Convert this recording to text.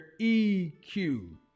EQ